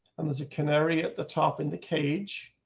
and there's a canary at the top in the cage.